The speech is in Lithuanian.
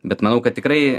bet manau kad tikrai